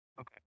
Okay